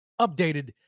updated